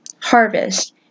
harvest